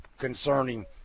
concerning